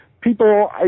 People